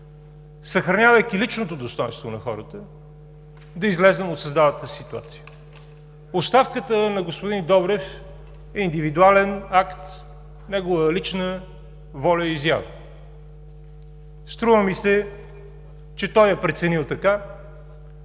съхранявайки личното достойнство на хората, да излезем от създалата се ситуация. Оставката на господин Добрев е индивидуален акт, негова лична воля и изява. Струва ми се, че той е преценил така,